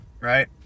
right